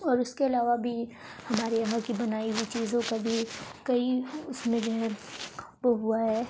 اور اس کے علاوہ بھی ہمارے یہاں کی بنائی ہوئی چیزوں کا بھی کئی اس میں جو ہے وہ ہوا ہے